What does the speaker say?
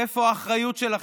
איפה האחריות שלכם?